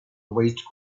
waste